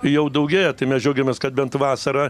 jau daugėja tai mes džiaugiamės kad bent vasarą